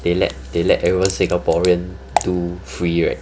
they let they let everyone singaporean do free right